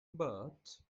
but